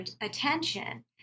attention